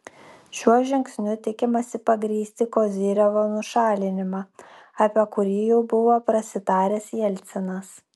šiuo žingsniu tikimasi pagrįsti kozyrevo nušalinimą apie kurį jau buvo prasitaręs jelcinas